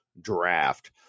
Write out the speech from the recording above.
draft